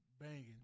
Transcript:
banging